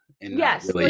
Yes